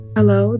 Hello